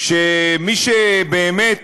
שמי שבאמת